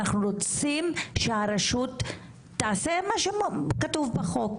אנחנו רוצים שהרשות תעשה מה שכתוב בחוק.